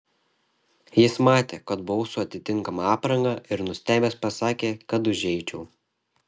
jis matė kad buvau su atitinkama apranga ir nustebęs pasakė kad užeičiau